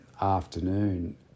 afternoon